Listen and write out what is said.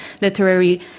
literary